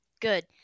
Good